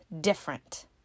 different